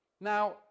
Now